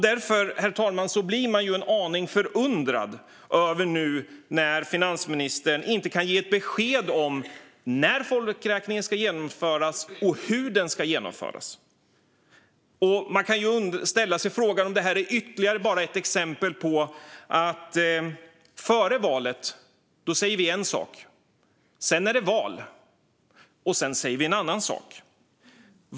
Därför, herr talman, blir man en aning förundrad över att finansministern nu inte kan ge ett besked om när folkräkningen ska genomföras och hur den ska genomföras. Frågan kan ställas om detta är ytterligare ett exempel på att man före valet säger en sak och efter valet säger en annan sak.